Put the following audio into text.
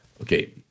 Okay